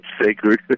sacred